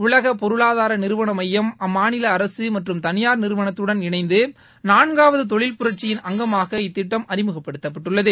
உலக பொருளாதார நிறுவன ஸமயம் அம்மாநில அரசு மற்றும் தனியாா் நிறுவனத்துடன் இணைந்து நான்காவது தொழில் புரட்சியின் அங்கமாக திட்டம் அறிமுகப்படுத்தப்படவுள்ளது